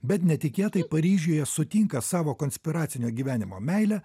bet netikėtai paryžiuje sutinka savo konspiracinio gyvenimo meilę